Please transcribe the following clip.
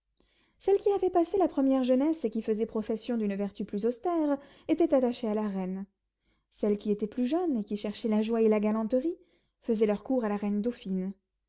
celles qui avaient passé la première jeunesse et qui faisaient profession d'une vertu plus austère étaient attachées à la reine celles qui étaient plus jeunes et qui cherchaient la joie et la galanterie faisaient leur cour à la reine dauphine